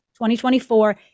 2024